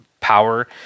power